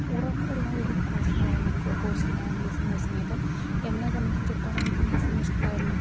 ഉറപ്പുള്ള ഒരു കോഴ്സ് എന്ന് പറയുന്ന കോഴ്സ്ന്ന് പറയുന്നത് കോഴ്സ് തന്നെയാണ് ബി എസ് സി നയഴ്സിങ് ഇപ്പം എന്നെ സംബന്ധിച്ചടത്തോളം എനിക്ക് നഴ്സിംഗ് ഇഷ്ടമല്ല